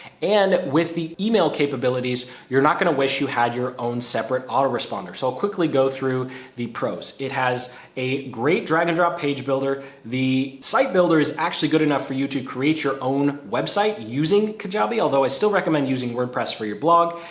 and with the email capabilities, you're not going to wish you had your own separate auto responder. so i'll quickly go through the pros. it has a great drag and drop page builder. the site builder is actually good enough for you to create your own website using kajabi. although i still recommend using wordpress for your blog,